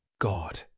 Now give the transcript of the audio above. God